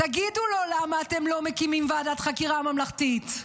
תגידו לו למה אתם לא מקימים ועדת חקירה ממלכתית.